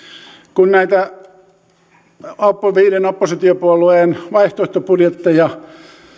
kun näitä viiden oppositiopuolueen vaihtoehtobudjetteja